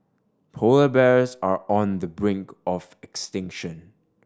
polar bears are on the brink of extinction